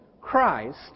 Christ